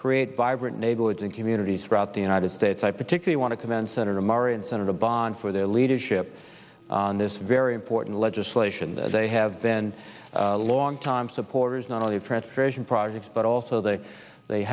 create vibrant neighborhoods and communities throughout the united states i particularly want to commend senator murray and senator bond for their leadership on this very important legislation that they have been longtime supporters not only transportation projects but also the they